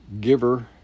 giver